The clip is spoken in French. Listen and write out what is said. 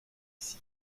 ici